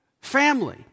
family